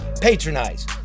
patronize